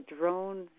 drone